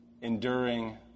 enduring